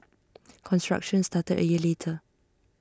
construction started A year later